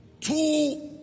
two